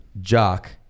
jock